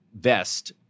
vest